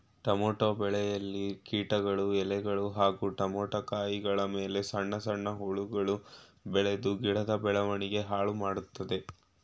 tomato ಬೆಳೆಯಲ್ಲಿ ಕೀಟಗಳು ಎಲೆಗಳು ಹಾಗೂ ಟಮೋಟ ಕಾಯಿಗಳಮೇಲೆ ಸಣ್ಣ ಸಣ್ಣ ಹುಳಗಳು ಬೆಳ್ದು ಗಿಡದ ಬೆಳವಣಿಗೆ ಹಾಳುಮಾಡ್ತದೆ